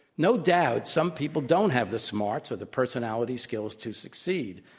no doubt, some people don't have the smarts or the personality skills to succeed.